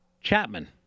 Chapman